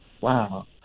Wow